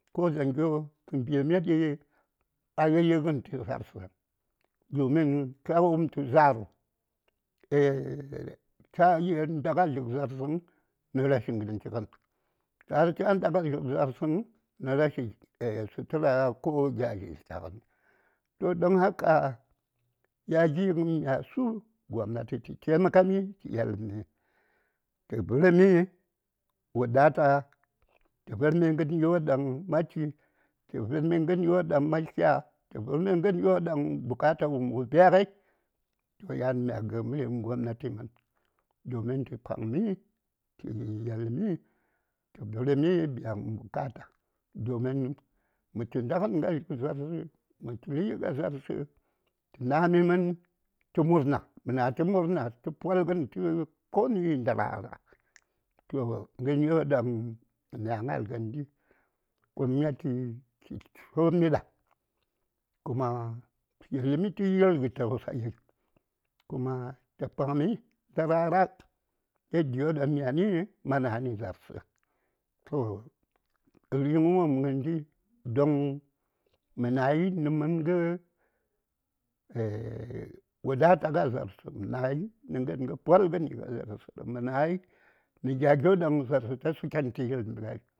﻿Ko dzaŋyo tə mbimi ɗi a rigən tə za:rsə domin kya wupm tu za:r chayi nda ŋa dzlək za:rsəŋ nə rashi gəngə chigən za:r cha nda a za:rsəŋ nə rashi sutura ko gya dzyak tlyagən don haka gya gi gən mya su gobnati tə taimakami tə yelmi tə vərmi wadata tə vərmi gəryo ɗaŋ ma chi tə vərmi gəryo ɗaŋ ma tlya tə vərmi gəryo ɗaŋ bukata wopm wo biya ŋai, toh yan mya gə:m ri:ŋ gobnati domin tə paŋmi tə yelmi tə vərmi biya gən bukata domin mə tu ndagən a za:rsə mə tuli a za:rsə tə na mi mən tə murna mə na: tə murna tə polmi tə koni yi ndarara toh gəryo ɗaŋ mya ŋal gəndi gobnati tə kommidah kuma tə yelmi tə yir gə tausayi kuma tə paŋmi ndarara yadiyo ɗaŋ myani ma nayi nə za:rsə toh ri:ŋ wopm gəndi don mə nayi nə məngə wadata a za:rsə mə nə gəngə polgən a za:rsə mə nayi nə gya gyo ɗaŋ za:rsə ta su ken tə yelmi ŋai.